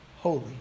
holy